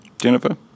Jennifer